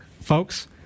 folks